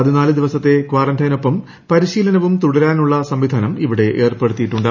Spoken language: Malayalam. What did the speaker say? പതിനാല് ദിവസത്തെ ്കാറന്റൈനൊപ്പം പരിശീലനവും തുടരാനുള്ള സംവിധാനം ഇവിടെ ഏർപ്പെടുത്തിയിട്ടുണ്ട്